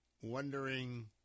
wondering